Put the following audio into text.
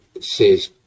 says